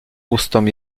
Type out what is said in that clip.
ustom